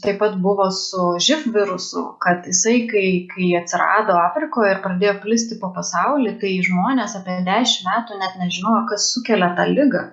taip pat buvo su živ virusu kad jisai kai kai atsirado afrikoj ir pradėjo plisti po pasaulį tai žmonės apie dešim metų net nežinojo kas sukelia ligą